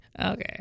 Okay